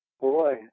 Boy